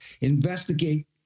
investigate